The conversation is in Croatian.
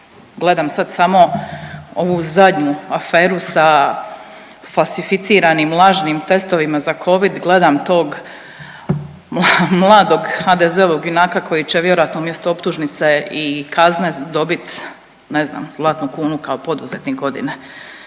Gledam sad samo ovu zadnju aferu sa falsificiranim lažnim testovima za covid, gledam tog mladog HDZ-ovog junaka koji će vjerojatno umjesto optužnice i kazne dobit ne znam Zlatnu kunu kao poduzetnik godine.